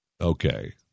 okay